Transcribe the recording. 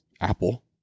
Apple